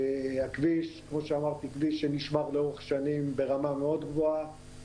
הכביש כמו שאמרתי הוא כביש שנשמר לאורך שנים ברמה מאוד גבוהה,